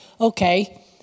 Okay